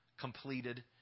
completed